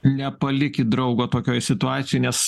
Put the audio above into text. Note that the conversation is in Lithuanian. nepalikit draugo tokioj situacijoj nes